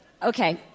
Okay